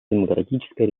демократическая